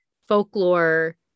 folklore